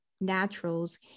Naturals